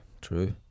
true